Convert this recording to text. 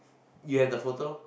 you have the photo